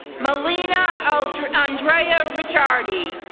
molina ah andrea ricciardi,